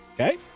Okay